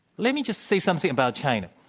let me just say something about china.